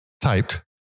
typed